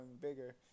bigger